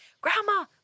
Grandma